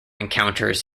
encounters